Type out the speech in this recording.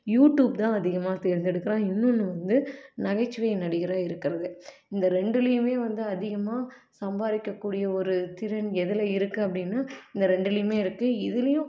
YouTube தான் அதிகமாக தேர்ந்தெடுக்கிறான் இன்னொன்று வந்து நகைச்சுவை நடிகராக இருக்கிறது இந்த ரெண்டுலையுமே வந்து அதிகமாக சம்பாதிக்கக்கூடிய ஒரு திறன் எதில் இருக்கு அப்படின்னா இந்த ரெண்டுலையுமே இருக்கு இதுலையும்